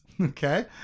Okay